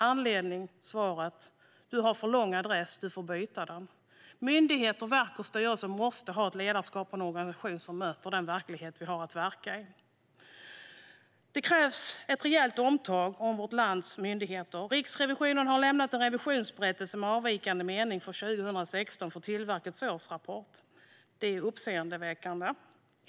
Anledning i svaret: Du har för lång adress. Du får byta adress. Myndigheter, verk och styrelser måste ha ett ledarskap och en organisation som möter den verklighet vi har att verka i. Det krävs ett rejält omtag av vårt lands myndigheter. Riksrevisionen har lämnat en revisionsberättelse med en avvikande mening för 2016 för Tillväxtverkets årsrapport. Det är uppseendeväckande.